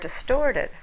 distorted